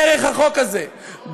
דרך חוק הזה,